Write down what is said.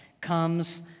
comes